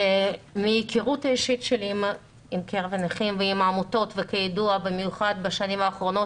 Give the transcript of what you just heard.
מהיכרות אישית שלי עם נכים ועם עמותות וכידוע בשנים האחרונות